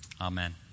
Amen